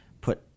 put